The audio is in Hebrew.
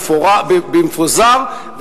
במפוזר,